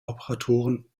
operatoren